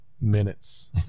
minutes